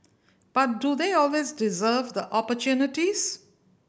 but do they always deserve the opportunities